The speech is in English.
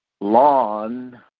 lawn